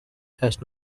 has